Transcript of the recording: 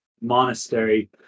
monastery